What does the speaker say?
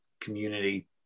community